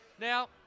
Now